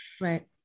Right